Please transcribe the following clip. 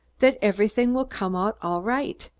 that everything will come out all right,